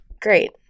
Great